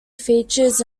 features